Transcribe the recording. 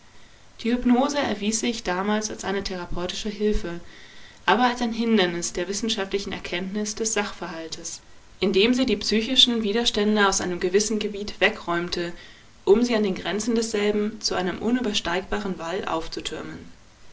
die hypnose erwies sich damals als eine therapeutische hilfe aber als ein hindernis der wissenschaftlichen erkenntnis des sachverhaltes indem sie die psychischen widerstände aus einem gewissen gebiet wegräumte um sie an den grenzen desselben zu einem unübersteigbaren wall aufzutürmen